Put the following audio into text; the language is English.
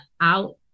out